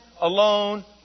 alone